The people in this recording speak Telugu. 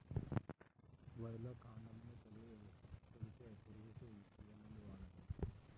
వరిలో కాండము తొలిచే పురుగుకు ఏ మందు వాడాలి?